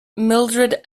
mildred